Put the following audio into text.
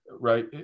right